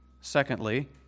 Secondly